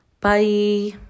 Bye